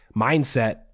mindset